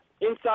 inside